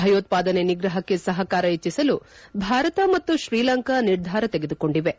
ಭಯೋತ್ವಾದನೆ ನಿಗ್ರಹಕ್ಕೆ ಸಹಕಾರ ಹೆಚ್ಚಸಲು ಭಾರತ ಮತ್ತು ಶ್ರೀಲಂಕಾ ನಿರ್ಧಾರ ತೆಗೆದುಕೊಂಡಿವೆ